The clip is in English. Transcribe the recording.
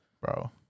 Bro